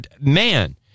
man